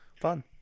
Fun